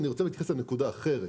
אני רוצה להתייחס לנקודה אחרת: